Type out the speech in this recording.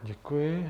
Děkuji.